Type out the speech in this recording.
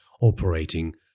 operating